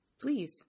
please